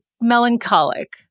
melancholic